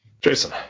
Jason